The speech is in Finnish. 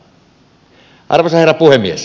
arvoisa herra puhemies